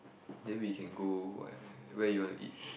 then we can go where where you want to eat